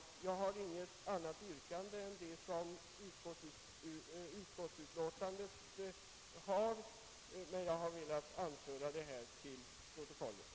Jag har inget annat yrkande än utskottets, men jag har velat anföra detta till protokollet.